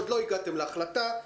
עוד לא הגעתם להחלטה.